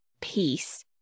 peace